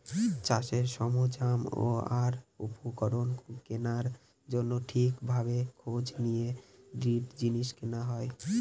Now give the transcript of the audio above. চাষের সরঞ্জাম আর উপকরণ কেনার জন্য ঠিক ভাবে খোঁজ নিয়ে দৃঢ় জিনিস কেনা হয়